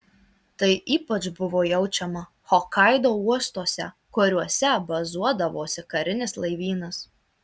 tai ypač buvo jaučiama hokaido uostuose kuriuose bazuodavosi karinis laivynas